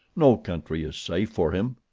no country is safe for him.